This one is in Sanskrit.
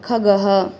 खगः